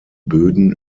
böden